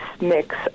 mix